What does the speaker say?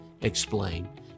explain